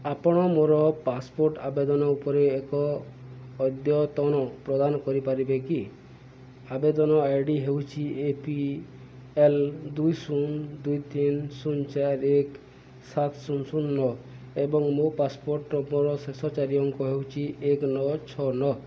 ଆପଣ ମୋର ପାସପୋର୍ଟ୍ ଆବେଦନ ଉପରେ ଏକ ଅଦ୍ୟତନ ପ୍ରଦାନ କରିପାରିବେ କି ଆବେଦନ ଆଇ ଡ଼ି ହେଉଛି ଏ ପି ଏଲ୍ ଦୁଇ ଶୂନ ଦୁଇ ତିନି ଶୂନ ଚାରି ଏକ ସାତ ଶୂନ ଶୂନ ନଅ ଏବଂ ମୋ ପାସପୋର୍ଟ୍ ନମ୍ବର୍ର ଶେଷ ଚାରି ଅଙ୍କ ହେଉଛି ଏକ ନଅ ଛଅ ନଅ